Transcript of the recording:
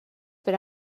per